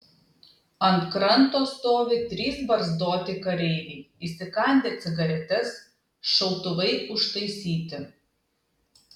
ant kranto stovi trys barzdoti kareiviai įsikandę cigaretes šautuvai užtaisyti